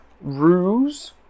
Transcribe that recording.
ruse